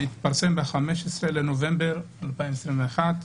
התפרסם ב-15 לנובמבר 2021,